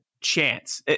chance